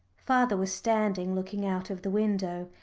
father was standing looking out of the window,